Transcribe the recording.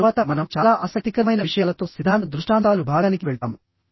ఆ తరువాత మనం చాలా ఆసక్తికరమైన విషయాలతో సిద్ధాంత దృష్టాంతాలు భాగానికి వెళ్తాము